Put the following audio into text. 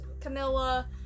Camilla